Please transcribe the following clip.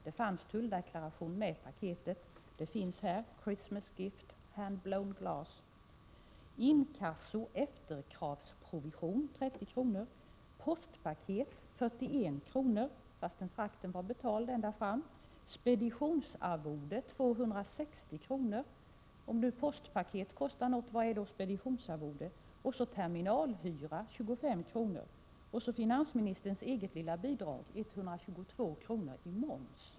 Det finns en tulldeklaration med i paketet — Christmas gifts, hand blown glass. Ytterligare utgifter är inkassoeller efterkravsprovision på 30 kr. och postpaket på 41 kr. Det finns vidare ett speditionsarvode på 260 kr., fastän frakten var betald ända fram. Om nu postpaket kostar något, vad är då speditionsarvode? Terminalhyra uppgår till 25 kr. och finansministerns eget lilla bidrag, momsen, till 122 kr.